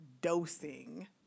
dosing